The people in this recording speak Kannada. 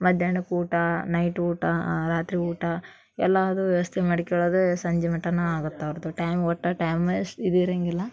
ಮಧ್ಯಾಹ್ನಕ್ಕೆ ಊಟ ನೈಟ್ ಊಟ ರಾತ್ರಿ ಊಟ ಎಲ್ಲದೂ ವ್ಯವಸ್ಥೆ ಮಾಡಿಕೊಳ್ಳೋದು ಸಂಜೆ ಮಟನು ಆಗುತ್ತೆ ಅವ್ರದ್ದು ಟೈಮ್ ಒಟ್ಟು ಟೈಮಸ್ ಇದು ಇರಾಂಗಿಲ್ಲ